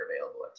available